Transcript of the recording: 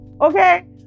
Okay